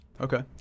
Okay